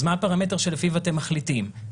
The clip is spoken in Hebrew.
אז מה הפרמטר שלפיו אתם מחליטים?